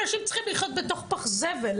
למה אנשים צריכים לחיות בתוך פח זבל?